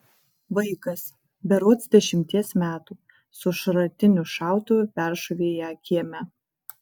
vaikas berods dešimties metų su šratiniu šautuvu peršovė ją kieme